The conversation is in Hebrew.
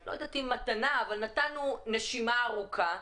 לא יודעת אם מתנה, אבל נתנו נשימה ארוכה,